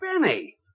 Benny